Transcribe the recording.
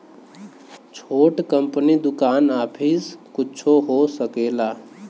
छोट कंपनी दुकान आफिस कुच्छो हो सकेला